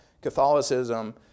Catholicism